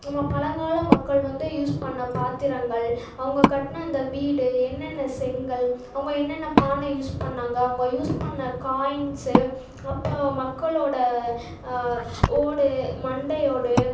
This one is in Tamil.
நம்ம பழங்கால மக்கள் வந்து யூஸ் பண்ணிண பாத்திரங்கள் அவங்க கட்டின அந்த வீடு என்னென்ன செங்கல் அவங்க என்னென்ன பானை யூஸ் பண்ணிணாங்க அவங்க யூஸ் பண்ணிண காயின்ஸு அப்போ மக்களோடய ஓடு மண்டை ஓடு